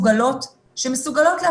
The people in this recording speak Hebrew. לא יודעים מה זה